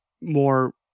more